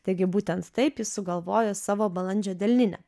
taigi būtent taip jis sugalvojo savo balandžio delninę